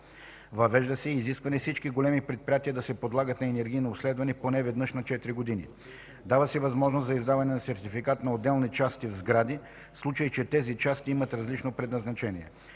Въвежда се и изискване всички големи предприятия да се подлагат на енергийно обследване поне веднъж на четири години. Дава се възможност за издаване на сертификат на отделни части в сгради, в случай че тези части имат различно предназначение.